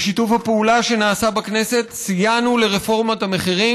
בשיתוף הפעולה שנעשה בכנסת סייענו לרפורמת המחירים,